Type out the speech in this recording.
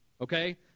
Okay